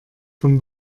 vom